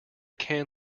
can